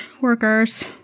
workers